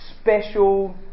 special